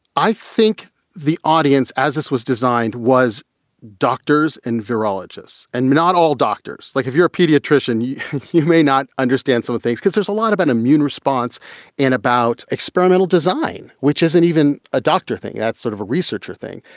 i think the audience as this was designed was doctors and virologists and me, not all doctors. like if you're a pediatrician, you may not understand. so i think because there's a lot of an immune response in about experimental design, which isn't even a doctor thing, that's sort of a researcher thing.